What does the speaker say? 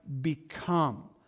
become